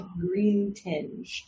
green-tinged